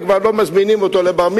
וכבר לא מזמינים אותו לבר-מצוות,